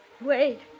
Wait